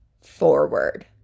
forward